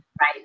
right